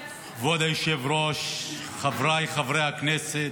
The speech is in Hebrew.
כבוד היושב-ראש, חבריי חברי הכנסת,